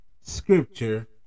scripture